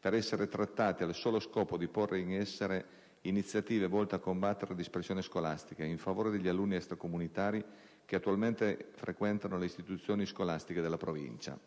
per essere trattati al solo scopo di porre in essere iniziative volte a combattere la dispersione scolastica in favore degli alunni extracomunitari che attualmente frequentano le istituzioni scolastiche della Provincia.